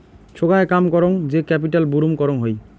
সোগায় কাম করং যে ক্যাপিটাল বুরুম করং হই